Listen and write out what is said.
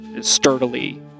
sturdily